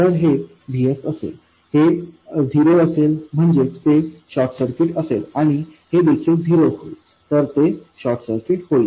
तर हे VS असेल हे झिरो असेल म्हणजेच ते शॉर्ट सर्किट असेल आणि हे देखील झिरो होईल तर ते शॉर्ट सर्किट होईल